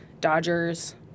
dodgers